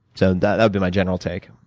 so that would be my general take.